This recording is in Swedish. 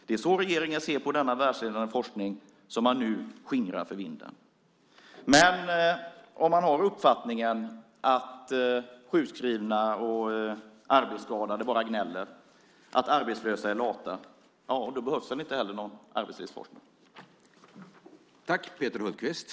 Det är så regeringen ser på denna världsledande forskning som man nu skingrar för vinden. Men om man har uppfattningen att sjukskrivna och arbetsskadade bara gnäller och att arbetslösa är lata behövs det inte heller någon arbetslivsforskning.